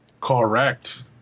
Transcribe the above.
Correct